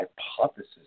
hypothesis